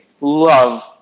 love